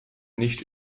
nicht